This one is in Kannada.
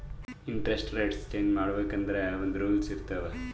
ಇಂಟರೆಸ್ಟ್ ರೆಟ್ಸ್ ಚೇಂಜ್ ಮಾಡ್ಬೇಕ್ ಅಂದುರ್ ಒಂದ್ ರೂಲ್ಸ್ ಇರ್ತಾವ್